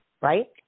right